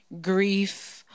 grief